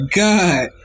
god